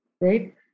Right